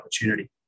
opportunity